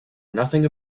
nothing